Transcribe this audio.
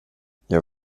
jag